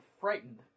frightened